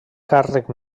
càrrec